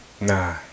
Nah